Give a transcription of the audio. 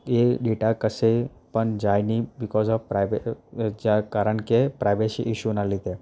એ data કશે પણ જાય નહીં બીકોઝ ઓફ પ્રાઈ કારણ કે પ્રાયવસી ઈશ્યુના લીધે